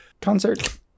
concert